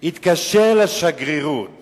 התקשר לשגרירות